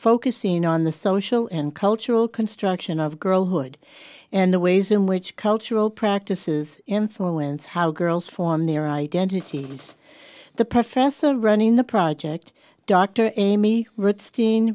focusing on the social and cultural construction of girlhood and the ways in which cultural practices influence how girls form their identity as the professor running the project dr amy reid steen